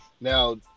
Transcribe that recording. Now